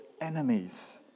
enemies